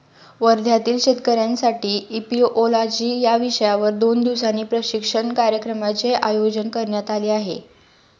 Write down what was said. वर्ध्यातील शेतकऱ्यांसाठी इपिओलॉजी या विषयावर दोन दिवसीय प्रशिक्षण कार्यक्रमाचे आयोजन करण्यात आले आहे